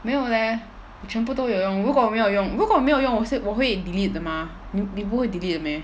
没有 leh 我全部都有用如果我没有要如果没有用我我会 delete 的 mah 你不会 delete 的 meh